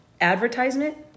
advertisement